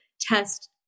test